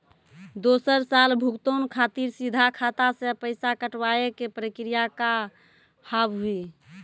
दोसर साल भुगतान खातिर सीधा खाता से पैसा कटवाए के प्रक्रिया का हाव हई?